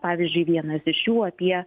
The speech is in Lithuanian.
pavyzdžiui vienas iš jų apie